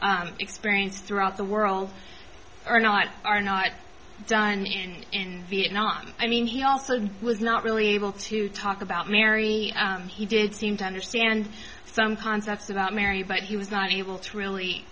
that's experienced throughout the world are not are not done in vietnam i mean he also was not really able to talk about mary he did seem to understand some concepts about mary but he was not able to really